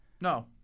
No